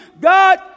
God